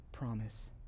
promise